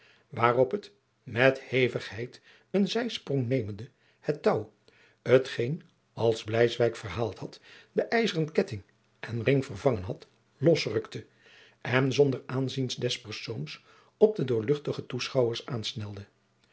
waarop het met hevigheid een zijsprong nemende het touw t geen als bleiswyk verhaald had de ijzeren ketting en ring vervangen had losrukte en zonder aanzien des persoons op de doorluchte toeschouwers aansnelde